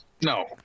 No